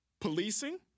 Policing